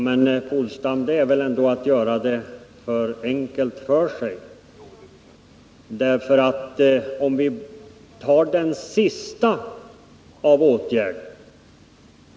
Men detta är ändå, herr Polstam, att göra det för enkelt för sig. Låt oss ta det sista förslaget.